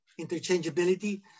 interchangeability